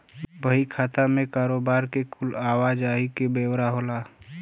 बही खाता मे कारोबार के कुल आवा जाही के ब्योरा होला